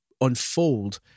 unfold